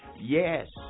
Yes